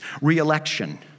re-election